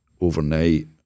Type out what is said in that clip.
overnight